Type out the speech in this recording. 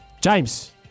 James